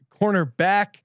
cornerback